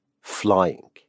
flying